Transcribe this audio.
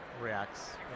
reacts